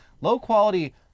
low-quality